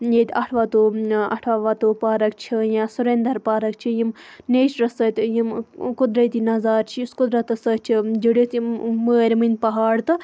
ییٚتہِ اَٹھوَتو اَتھا وَتو پارَک چھِ یا سُرٕندَر پارک چھِ یِم نیچرَس سۭتۍ یِم قدرتی نَظار چھِ یُس قُدرَتَس سۭتۍ چھُ جُڈِتھ یِم مٲرمٔنٛد پَہاڑ تہٕ